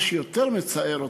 מה שיותר מצער אותי,